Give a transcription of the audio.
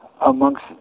amongst